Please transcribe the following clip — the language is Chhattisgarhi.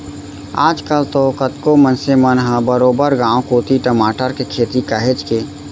आज कल तो कतको मनसे मन ह बरोबर गांव कोती टमाटर के खेती काहेच के